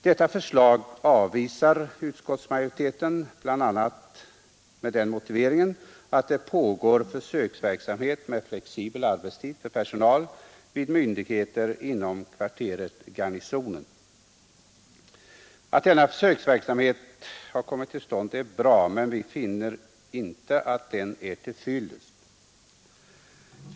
Detta förslag avvisar utskottsmajoriteten bl.a. med den motiveringen att det pågår försöksverksamhet med flexibel arbetstid för personal vid myndigheter inom kvarteret Garnisonen. Att denna försöksverksamhet har kommit till stånd är bra, men vi anser inte att den är till fyllest.